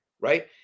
right